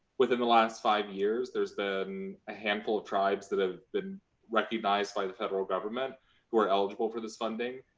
within the last five years, there's been a handful of tribes that have been recognized by the federal government who are eligible for this funding.